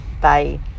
Bye